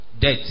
death